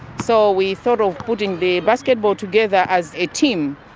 so we thought of putting the basketball together as a team.